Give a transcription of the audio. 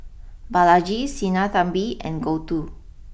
Balaji Sinnathamby and Gouthu